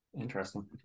Interesting